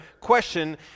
question